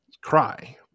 cry